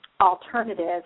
alternative